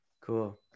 Cool